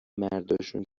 مرداشون